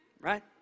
Right